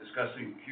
discussing